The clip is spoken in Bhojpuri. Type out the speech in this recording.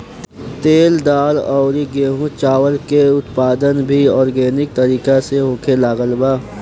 तेल, दाल अउरी गेंहू चावल के उत्पादन भी आर्गेनिक तरीका से होखे लागल बा